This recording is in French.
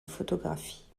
photographie